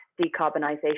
decarbonisation